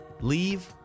Leave